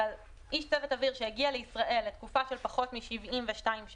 אבל איש צוות אוויר שהגיע לישראל לתקופה של פחות מ-72 שעות